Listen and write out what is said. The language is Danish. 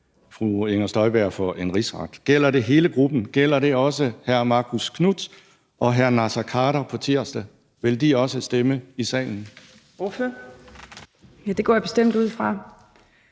fru Inger Støjberg for en rigsret. Gælder det hele gruppen? Gælder det også hr. Marcus Knuth og hr. Naser Khader på tirsdag? Vil de også stemme i salen?